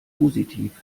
positiv